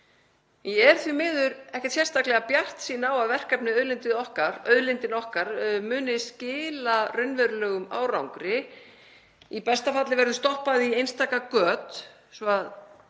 Ég er því miður ekkert sérstaklega bjartsýn á að verkefnið Auðlindin okkar muni skila raunverulegum árangri. Í besta falli verður stoppað í einstaka göt